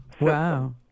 Wow